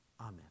Amen